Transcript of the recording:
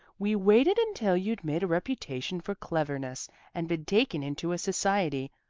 we waited until you'd made a reputation for cleverness and been taken into a society.